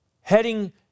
heading